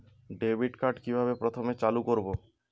Debit card কিভাবে প্রথমে চালু করব?